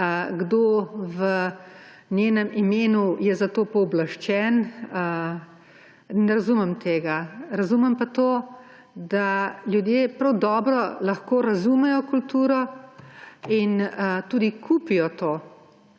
kdo v njenem imenu je za to pooblaščen. Ne razumem tega. Razumem pa to, da ljudje prav dobro lahko razumejo kulturo in tudi kupijo to.